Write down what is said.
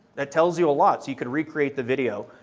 it tells you a lot so you could recreate the video.